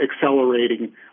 accelerating